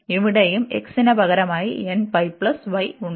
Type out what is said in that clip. ഇവിടെയും x ന് പകരമായി ഉണ്ട്